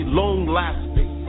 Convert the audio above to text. long-lasting